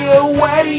away